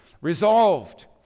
Resolved